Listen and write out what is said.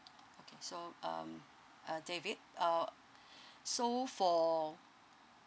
okay so um uh david uh so for